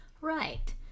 Right